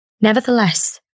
Nevertheless